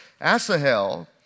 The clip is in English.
Asahel